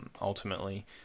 ultimately